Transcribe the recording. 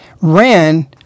ran